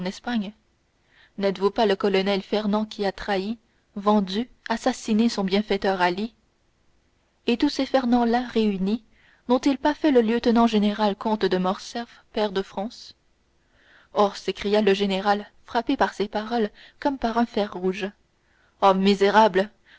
n'êtes-vous pas le colonel fernand qui a trahi vendu assassiné son bienfaiteur ali et tous ces fernand là réunis n'ont-ils pas fait le lieutenant général comte de morcerf pair de france oh s'écria le général frappé par ces paroles comme par un fer rouge oh misérable